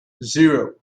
zero